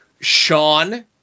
Sean